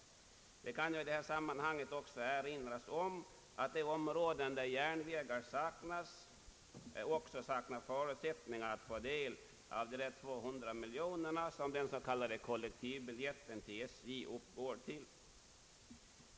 Det kan ju i detta sammanhang också erinras om att de områden, där järnvägar saknas, inte har förutsättningar att få del av de över 200 miljoner kronor som den s.k. kollektivbiljetten till SJ uppgår till.